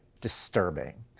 disturbing